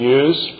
use